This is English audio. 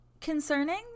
concerning